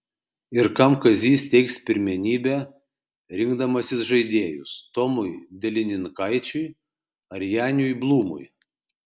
ir kam kazys teiks pirmenybę rinkdamasis žaidėjus tomui delininkaičiui ar janiui blūmui